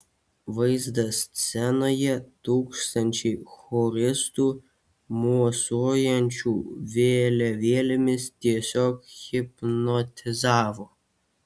vaizdas scenoje tūkstančiai choristų mosuojančių vėliavėlėmis tiesiog hipnotizavo